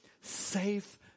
safe